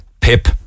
Pip